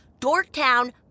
Dorktown